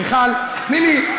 מיכל, תני לי.